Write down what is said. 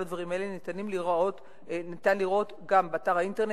את כל הדברים האלה ניתן לראות גם באתר האינטרנט,